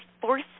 force